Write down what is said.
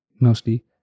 mostly